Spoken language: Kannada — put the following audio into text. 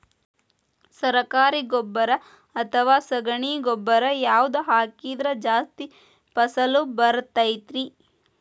ಸರಕಾರಿ ಗೊಬ್ಬರ ಅಥವಾ ಸಗಣಿ ಗೊಬ್ಬರ ಯಾವ್ದು ಹಾಕಿದ್ರ ಜಾಸ್ತಿ ಫಸಲು ಬರತೈತ್ರಿ?